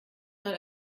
mal